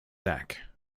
sack